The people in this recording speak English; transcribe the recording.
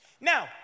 Now